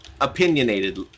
Opinionated